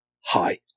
hi